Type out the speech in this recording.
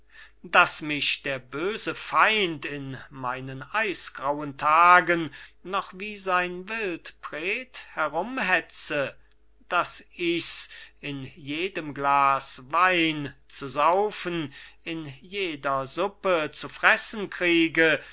daß mich der böse feind in meinen eisgrauen tagen noch wie sein wildpret herumhetzt daß ich's in jedem glas wein zu saufen in jeder suppe zu fressen kriege